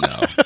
no